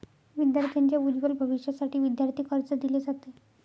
विद्यार्थांच्या उज्ज्वल भविष्यासाठी विद्यार्थी कर्ज दिले जाते